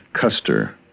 Custer